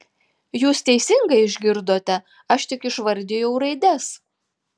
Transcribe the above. jūs teisingai išgirdote aš tik išvardijau raides